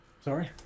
Sorry